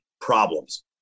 problems